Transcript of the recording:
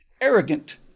Arrogant